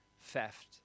theft